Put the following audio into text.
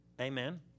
Amen